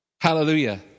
Hallelujah